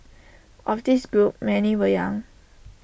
of this group many were young